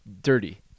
Dirty